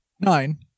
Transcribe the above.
Nine